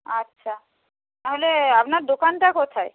আচ্ছা তাহলে আপনার দোকানটা কোথায়